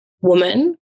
woman